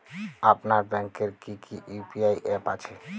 আপনার ব্যাংকের কি কি ইউ.পি.আই অ্যাপ আছে?